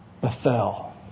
Bethel